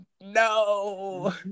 No